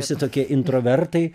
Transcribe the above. visi tokie intravertai